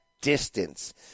distance